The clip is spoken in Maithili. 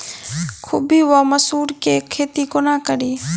खुम्भी वा मसरू केँ खेती कोना कड़ी?